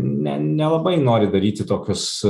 nelabai nori daryti tokius